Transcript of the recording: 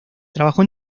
trabajó